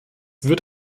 wird